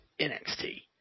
NXT